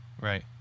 Right